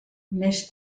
més